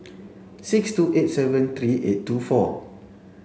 six two eight seven three eight two four